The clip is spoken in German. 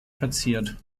verziert